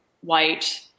white